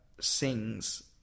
sings